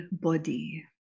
body